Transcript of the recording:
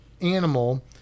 animal